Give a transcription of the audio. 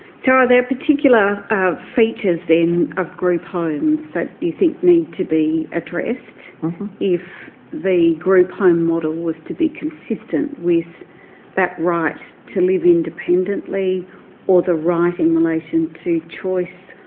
so are there particular features then of group homes that you think need to be addressed if the group home model was to be consistent with that right to live independently or the right in relation to choice,